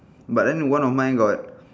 but then one of mine got